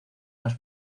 más